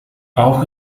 auch